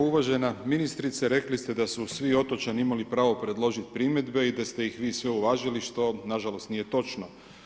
Uvažena ministrice, rekli ste da su svi otočani imali pravo predložiti primjedbe, i da ste ih vi sve uvažili, što nažalost, nije točno.